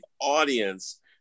audience